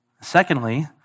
Secondly